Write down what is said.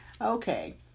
Okay